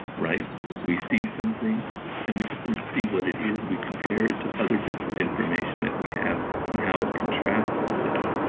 we see something and we just don't see what it is, we compare it to other bits of information that we have and how it contrasts to that.